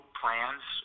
plans